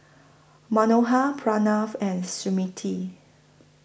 Manohar Pranav and Smriti